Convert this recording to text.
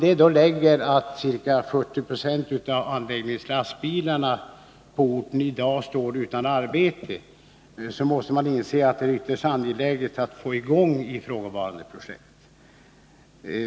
Om därtill läggs att ca 40 96 av anläggningslastbilarna på orten i dag står utan arbete, inser man att det är ytterst angeläget att få i gång ifrågavarande projekt.